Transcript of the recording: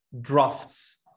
drafts